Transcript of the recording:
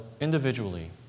individually